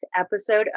episode